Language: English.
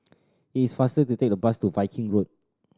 is faster to take the bus to Viking Road